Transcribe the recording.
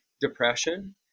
depression